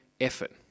effort